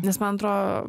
nes man atrodo